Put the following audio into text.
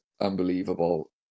unbelievable